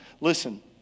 Listen